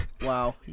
Wow